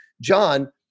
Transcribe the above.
John